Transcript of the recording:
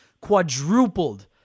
quadrupled